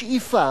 בשאיפה,